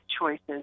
choices